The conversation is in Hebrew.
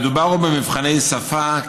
מדובר במבחני שפה,